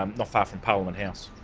um not far from parliament house,